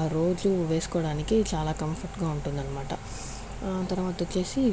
ఆ రోజు వేసుకోవడానికి చాలా కంఫర్ట్గా ఉంటుందన్నమాట తర్వాత వచ్చేసి